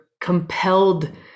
compelled